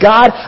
God